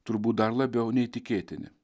turbūt dar labiau neįtikėtini